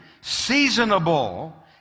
seasonable